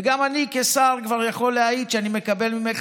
וגם אני כשר כבר יכול להעיד שאני מקבל ממך